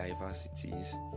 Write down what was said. diversities